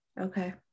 Okay